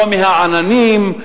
לא מהעננים,